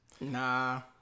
Nah